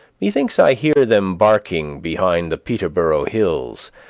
methinks i hear them barking behind the peterboro' hills,